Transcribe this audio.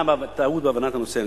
יש טעות בהבנת הנושא.